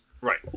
right